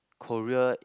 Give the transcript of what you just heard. Korea